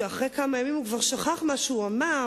ואחרי כמה ימים הוא כבר שכח מה שהוא אמר,